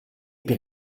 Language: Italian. per